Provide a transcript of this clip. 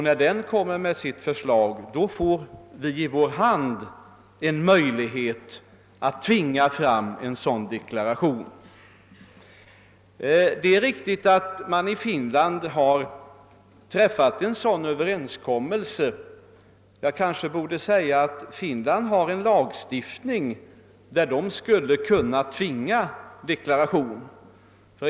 När den lägger fram sitt förslag får vi i vår hand en möjlighet att tvinga fram en deklaration. Det är riktigt att man i Finland har träffat en överenskommelse av detta slag. Jag kanske borde nämna att Finland har en lagstiftning, genom vilken man skulle kunna tvinga fram deklarationer.